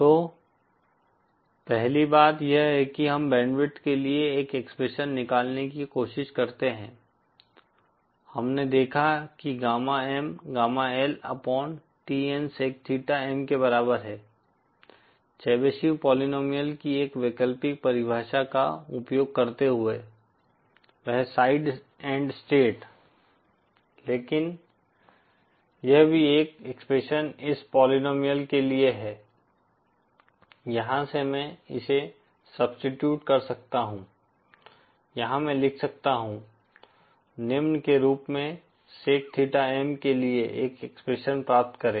तो पहली बात यह है कि हम बैंडविड्थ के लिए एक एक्सप्रेशन निकालने की कोशिश करते हैं हमने देखा कि gamma M gamma L upon TN sec theta M के बराबर है चेबीशेव पोलीनोमिअल की एक वैकल्पिक परिभाषा का उपयोग करते हुए वह साइड एंड स्टेट लेकिन यह भी एक एक्सप्रेशन इस पोलीनोमिअल के लिए है यहाँ से मैं इसे सब्स्टीट्यट कर सकता हूँ यहाँ मैं लिख सकता हूँ निम्न के रूप में सेक थीटा M के लिए एक एक्सप्रेशन प्राप्त करें